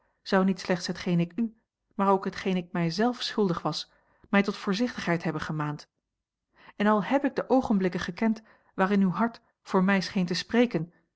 zou niet slechts hetgeen ik u maar ook hetgeen ik mij zelf schuldig was mij tot voorzichtigheid hebben gemaand en al heb ik de oogenblikken gekend waarin uw hart voor mij scheen te spreken